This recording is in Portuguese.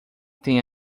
têm